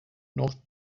north